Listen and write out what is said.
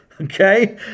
Okay